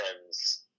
friends